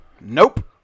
nope